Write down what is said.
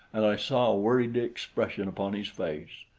and i saw a worried expression upon his face.